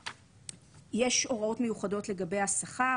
יש הוראות מיוחדות לגבי השכר,